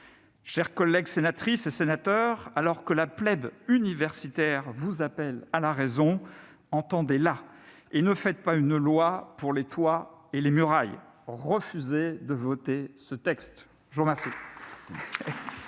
Chers collègues sénatrices et sénateurs, alors que la plèbe universitaire vous appelle à la raison, entendez-la et ne faites pas une loi « pour les toits et les murailles ». Refusez de voter ce texte ! La parole